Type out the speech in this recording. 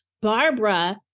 Barbara